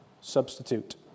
substitute